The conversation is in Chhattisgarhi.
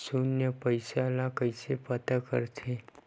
शून्य पईसा ला कइसे पता करथे?